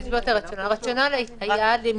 הילדים שמקבלים הוראה מותאמת הם ילדים עם